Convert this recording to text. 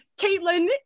Caitlin